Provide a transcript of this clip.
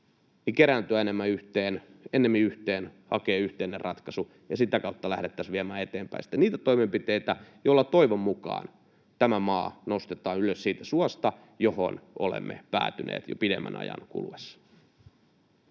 kerääntyä ennemmin yhteen, hakea yhteinen ratkaisu, ja sitä kautta lähdettäisiin viemään eteenpäin niitä toimenpiteitä, joilla toivon mukaan tämä maa nostetaan ylös siitä suosta, johon olemme päätyneet jo pidemmän ajan kuluessa.